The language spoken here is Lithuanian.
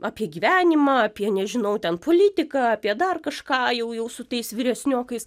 apie gyvenimą apie nežinau ten politiką apie dar kažką jau jau su tais vyresniokais